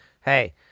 hey